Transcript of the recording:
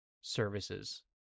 services